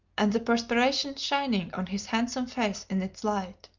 and the perspiration shining on his handsome face in its light.